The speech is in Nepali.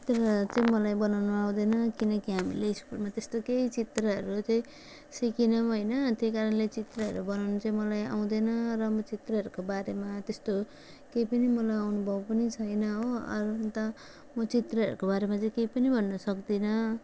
चित्रहरू चाहिँ मलाई बनाउन आउँदैन किनकि हामीले स्कुलमा त्यस्तो केही चित्रहरू चाहिँ सिकेनौँ होइन त्यही कारणले चित्रहरू बनाउन चाहिँ मलाई आउँदैन र म चित्रहरूको बारेमा त्यस्तो केही पनि मलाई अनुभव पनि छैन हो अरू त म चित्रहरूको बारेमा जे केही पनि भन्न सक्दिनँ